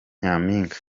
nyampinga